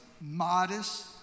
modest